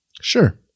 Sure